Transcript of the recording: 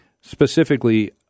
specifically